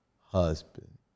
husband